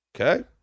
Okay